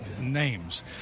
names